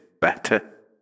better